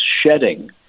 shedding